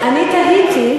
אני תהיתי,